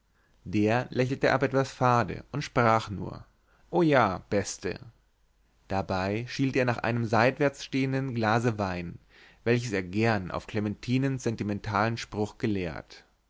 der lächelte aber etwas fade und sprach nur o ja beste dabei schielte er nach einem seitwärts stehenden glase wein welches er gern auf clementinens sentimentalen spruch geleert